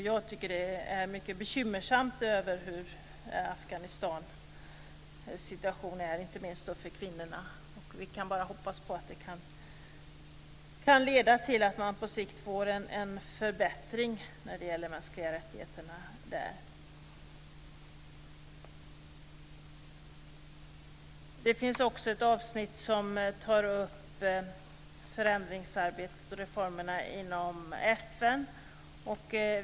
Jag tycker att Afghanistans situation är mycket bekymmersam, inte minst för kvinnorna. Vi kan bara hoppas på att det hela kan leda till att man på sikt får en förbättring av de mänskliga rättigheterna i landet. Det finns ett avsnitt där man tar upp förändringsarbetet och reformerna inom FN.